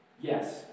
Yes